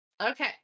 Okay